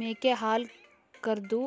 ಮೇಕೆ ಹಾಲ್ ಕರ್ದು